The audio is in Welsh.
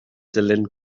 dilyn